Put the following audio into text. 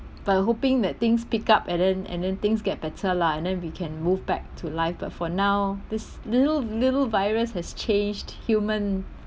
but hoping that things pick up and then and then things get better lah and then we can move back to life but for now this little little virus has changed human